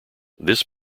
this